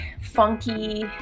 funky